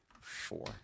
four